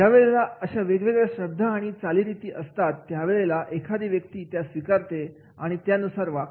जावेला अशा वेगवेगळ्या श्रद्धा आणि चालीरीती असतात त्यावेळेला एखादी व्यक्ती त्या स्विकारते आणि त्यानुसारच वागते